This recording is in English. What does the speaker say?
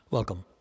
Welcome